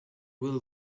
will